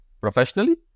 professionally